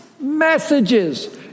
messages